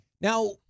Now